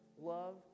love